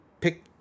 pick